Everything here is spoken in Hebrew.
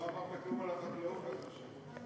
לא אמרת כלום על החקלאות, אני חושב.